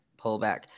pullback